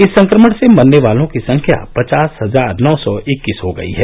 इस संक्रमण से मरने वालों की संख्या पचास हजार नौ सौ इक्कीस हो गई है